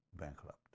bankrupt